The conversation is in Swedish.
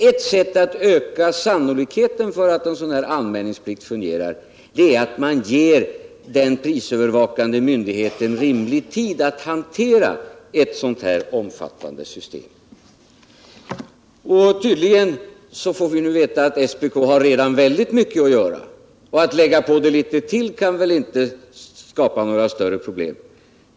Ett sätt att öka sannolikheten för att en anmälningsplikt skall fungera är att man ger den prisövervakande myndigheten rimlig tid att hantera ett sådant här omfattande system. Nu får vi veta att SPK redan har väldigt mycket att göra, och att lägga på SPK litet till kan väl inte skapa större problem.